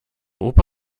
opa